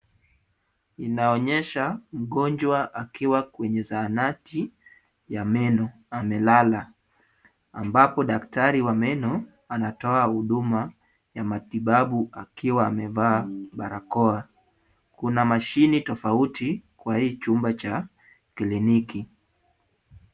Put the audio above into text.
Inaonyesha mgonjwa akiwa kwenye zahanati ya meno, amelala ambapo daktari wa meno anatoa huduma ya matibabu akiwa amevaa barakoa. Kuna mashine tofauti kwa hii chumba cha kliniki.